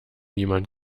jemand